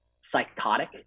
psychotic